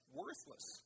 worthless